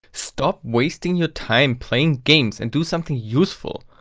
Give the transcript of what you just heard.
stop wasting your time playing games, and do something useful!